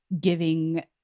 giving